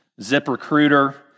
ZipRecruiter